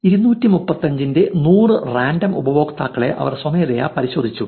235 ന്റെ 100 റാൻഡം ഉപയോക്താക്കളെ അവർ സ്വമേധയാ പരിശോധിച്ചു